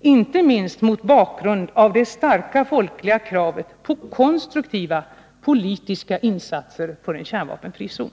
inte minst mot bakgrund av det starka folkliga kravet på konstruktiva politiska insatser för en kärnvapenfri zon.